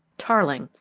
tarling!